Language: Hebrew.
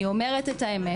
אני אומרת את האמת.